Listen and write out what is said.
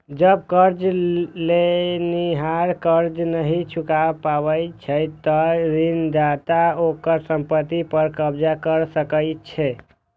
जब कर्ज लेनिहार कर्ज नहि चुका पाबै छै, ते ऋणदाता ओकर संपत्ति पर कब्जा कैर सकै छै